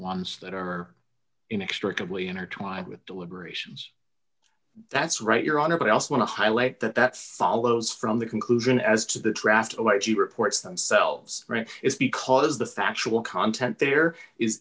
ones that are inextricably intertwined with deliberations that's right your honor but i also want to highlight that that's follows from the conclusion as to the draft away she reports themselves right it's because the factual content there is